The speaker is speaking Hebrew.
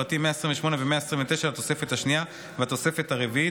פרטים (128) ו-(129) לתוספת השנייה והתוספת הרביעית.